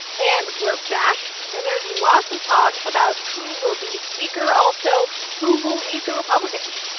and we're back. and there's lots of talk about who will be speaker. also, who will lead the republicans?